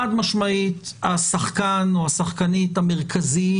חד-משמעית השחקן או השחקנית המרכזיים,